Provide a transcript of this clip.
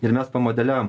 ir mes pamodeliavom